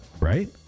Right